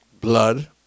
blood